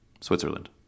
Switzerland